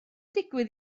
digwydd